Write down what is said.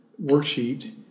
worksheet